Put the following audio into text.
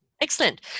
excellent